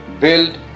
build